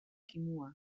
kimua